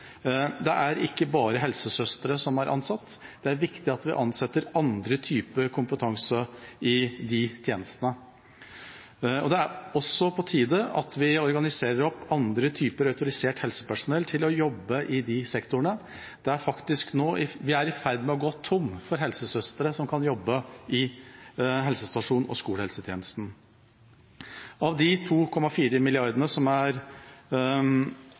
Det er ikke bare helsesøstre som er ansatt, det er viktig at vi ansetter andre typer kompetanse i disse tjenestene. Det er også på tide at vi organiserer andre typer autorisert helsepersonell til å jobbe i disse sektorene. Vi er faktisk nå i ferd med å gå tom for helsesøstre som kan jobbe på helsestasjon og i skolehelsetjenesten. Av de 2,4 mrd. kr som er